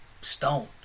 stone